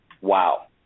Wow